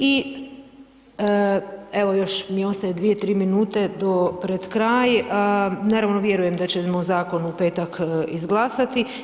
I evo još mi ostaje 2, 3 minute do pred kraj, naravno vjerujem da ćemo zakon u petak izglasati.